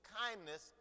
kindness